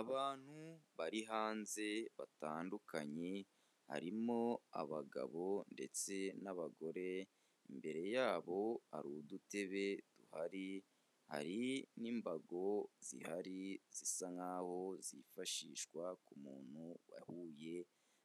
Abantu bari hanze batandukanye, harimo abagabo ndetse n'abagore, imbere yabo hari udutebe duhari, hari n'imbago zihari zisa nk'aho zifashishwa ku muntu wahuye